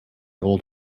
old